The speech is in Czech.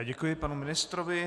Děkuji panu ministrovi.